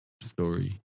story